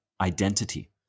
identity